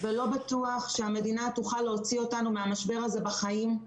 ולא בטוח שהמדינה תוכל להוציא אותנו מהמשבר הזה בחיים.